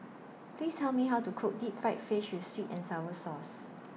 Please Tell Me How to Cook Deep Fried Fish with Sweet and Sour Sauce